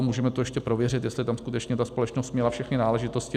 Můžeme to ještě prověřit, jestli tam skutečně ta společnost měla všechny náležitosti.